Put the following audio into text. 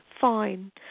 fine